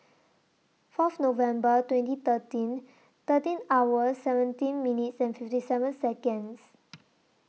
Fourth November twenty thirteen thirteen hours seventeen minutes and fifty seven Seconds